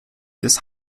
des